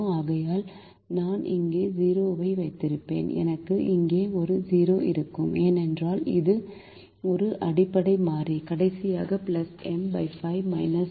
ஆகையால் நான் அங்கு 0 ஐ வைத்திருப்பேன் எனக்கு இங்கே 0 இருக்கும் ஏனென்றால் இது ஒரு அடிப்படை மாறி கடைசியாக M 5 75